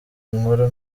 inkuru